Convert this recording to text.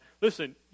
listen